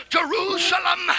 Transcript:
Jerusalem